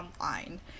online